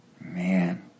man